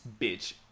bitch